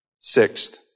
Sixth